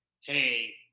hey